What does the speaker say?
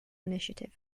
initiative